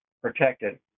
protected